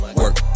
work